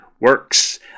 works